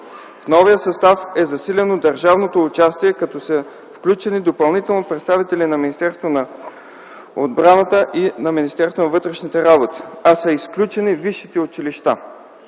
В новия състав е засилено държавното участие, като са включени допълнително представители на Министерството на отбраната и на Министерството на вътрешните работи, а са изключени висшите училища.